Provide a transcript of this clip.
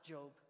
Job